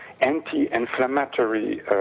anti-inflammatory